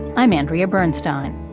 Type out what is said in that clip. i'm andrea bernstein.